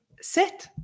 sit